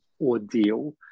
ordeal